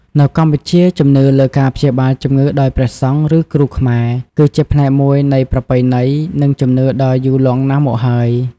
នៅកម្ពុជា ជំនឿលើការព្យាបាលជំងឺដោយព្រះសង្ឃ ឬគ្រូខ្មែរ គឺជាផ្នែកមួយនៃប្រពៃណី និងជំនឿដ៏យូរលង់ណាស់មកហើយ។